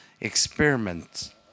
experiments